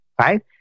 right